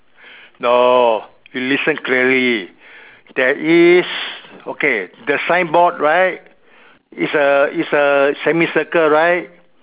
no you listen clearly there is okay the signboard right is a is a semicircle right